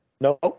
No